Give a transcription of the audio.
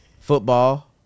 football